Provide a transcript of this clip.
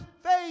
faith